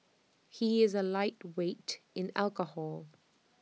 he is A lightweight in alcohol